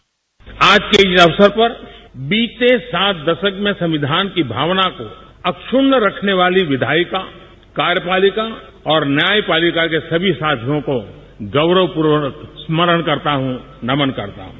bite आज के इस अवसर पर बीते सात दशक में संविधान की भावना को अक्षुण्य रखने वाली विधायिका कार्यपालिका और न्यायपालिका के सभी साथियों को गौरवप्र्वक स्मरण करता हूं नमन करता हूं